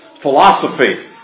philosophy